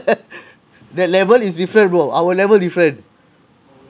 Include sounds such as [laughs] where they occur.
[laughs] that level is different bro our level different